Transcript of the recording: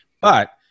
But-